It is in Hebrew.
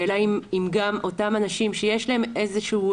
השאלה היא אם גם אותם אנשים שיש להם איזו שהיא